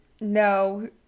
No